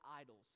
idols